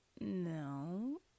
no